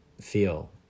feel